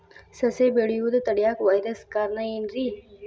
ಸಸಿ ಬೆಳೆಯುದ ತಡಿಯಾಕ ವೈರಸ್ ಕಾರಣ ಏನ್ರಿ?